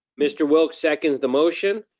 mr. wilk seconds the motion.